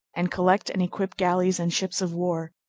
and collect and equip galleys and ships of war,